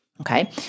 okay